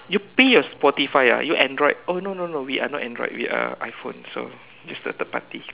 you pay your Spotify ah you Android oh no no no we are not Android we are iPhone so just the third party